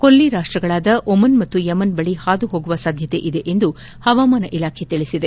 ಕೊಲ್ಲಿ ರಾಷ್ಟಗಳಾದ ಒಮನ್ ಮತ್ತು ಯಮೆನ್ ಬಳಿ ಹಾದುಹೋಗುವ ಸಾಧ್ಯತೆಯಿದೆ ಎಂದು ಪವಾಮಾನ ಇಲಾಖೆ ತಿಳಿಸಿದೆ